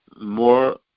more